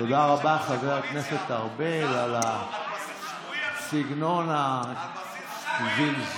תודה רבה, חבר הכנסת ארבל, על הסגנון, הזלזול.